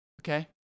Okay